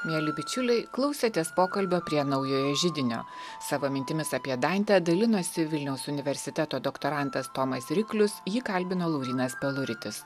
mieli bičiuliai klausėtės pokalbio prie naujojo židinio savo mintimis apie dantę dalinosi vilniaus universiteto doktorantas tomas riklius jį kalbino laurynas peluritis